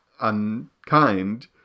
unkind